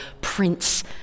prince